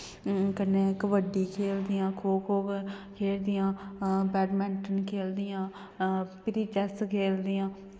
ते कन्नै कबड्डी खेलदियां खो खो खेलदियां बैडमिंटन खेलदियां भिरी चेस खेलदियां